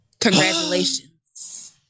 Congratulations